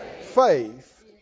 faith